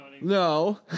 no